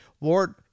Lord